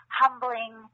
humbling